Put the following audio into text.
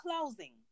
closing